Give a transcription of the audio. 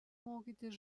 mokytis